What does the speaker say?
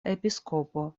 episkopo